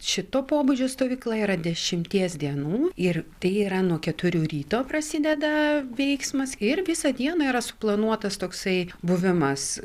šito pobūdžio stovykla yra dešimties dienų ir tai yra nuo keturių ryto prasideda veiksmas ir visą dieną yra suplanuotas toksai buvimas